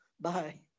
Bye